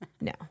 No